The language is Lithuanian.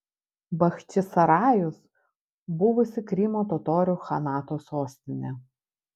bachčisarajus buvusi krymo totorių chanato sostinė